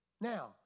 Now